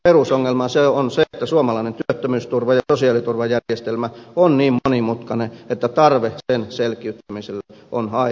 perusongelma on se että suomalainen työttömyysturva ja sosiaaliturvajärjestelmä on niin monimutkainen että tarve sen selkiyttämiseen on aivan selvä